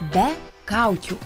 be kaukių